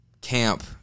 camp